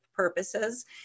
Purposes